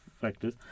factors